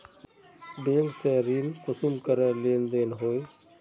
Bank से ऋण कुंसम करे लेन देन होए?